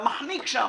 גם מחניק שם.